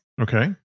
Okay